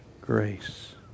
grace